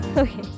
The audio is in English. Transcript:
Okay